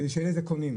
כדי שיהיו לזה קונים.